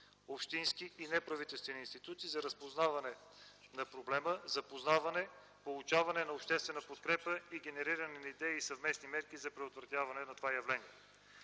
общински и неправителствени институции за разпознаване на проблема, запознаване, получаване на обществена подкрепа и генериране на идеи и съвместни мерки за предотвратяване на това явление.